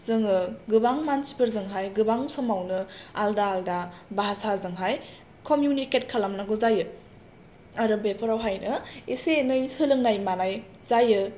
जोङो गोबां मानसिफोरजोंहाय गोबां समावनो आलदा आलदा भासा जोंहाय कमुनिकेट खालामनांगौ जायो आरो बेफोरावहायनो एसे एनै सोलोंनाय मानाय जायो